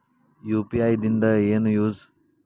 UPI ದಿಂದ ಏನು use?